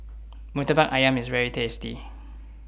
Murtabak Ayam IS very tasty